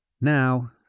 Now